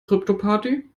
kryptoparty